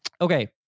Okay